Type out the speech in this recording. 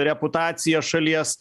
reputacija šalies